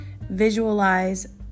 visualize